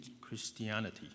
Christianity